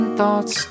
thoughts